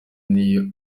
niyo